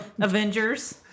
Avengers